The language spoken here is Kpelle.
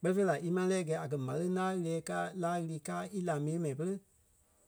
Kpɛli fêi la ímaa lɛ́ɛ gɛi a kɛ̀ m̀áleŋ la ɣiriɛ́ɛ káa laa ɣiri káa í la mii yée mɛi pere